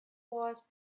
was